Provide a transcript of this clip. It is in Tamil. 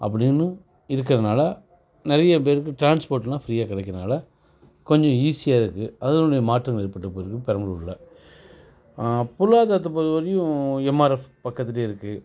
அப்படின்னும் இருக்கிறதுனால நிறைய பேருக்கு டிரான்ஸ்போர்டெலாம் ஃப்ரீயாக கிடைக்கிறதுனால கொஞ்சம் ஈஸியாயிருக்கு அதுனொன்று மாற்றங்கள் ஏற்பட்டபோது பெரம்பலூரில் பொருளாதரத்தை பொறுத்தவரையும் எம்ஆர்ஃப் பக்கத்துலேயே இருக்குது